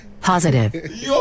positive